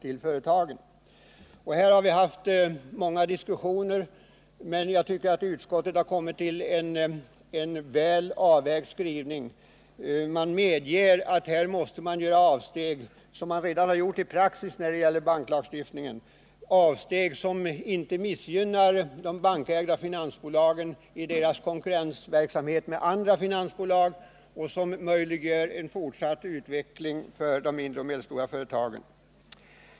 På denna punkt har vi haft många diskussioner, och utskottet har kommit fram till som jag anser en väl avvägd skrivning. Utskottet medger att det här måste göras avsteg från banklagstiftningen — vilket redan har gjorts i praxis. Det måste vara avsteg som inte missgynnar de bankägda finansbolagen i deras konkurrens med andra finansbolag och som möjliggör en fortsatt service till gagn för de mindre och medelstora företagen.